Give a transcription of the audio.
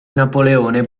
napoleone